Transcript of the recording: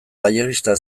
galleguista